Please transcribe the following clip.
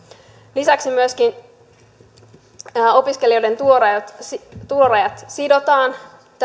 lisäksi myöskin opiskelijoiden tulorajat sidotaan